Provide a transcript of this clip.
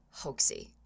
hoaxy